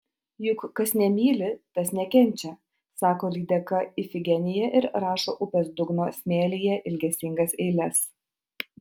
juk kas nemyli tas nekenčia sako lydeka ifigenija ir rašo upės dugno smėlyje ilgesingas eiles